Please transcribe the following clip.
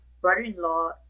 brother-in-law